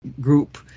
group